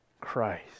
Christ